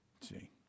See